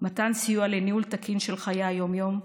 מתן סיוע לניהול תקין של חיי היום-יום,